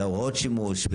הוראות השימוש,